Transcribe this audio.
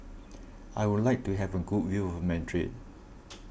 I would like to have a good view of Madrid